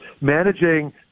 managing